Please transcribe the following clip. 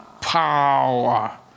power